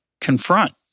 confront